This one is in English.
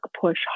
push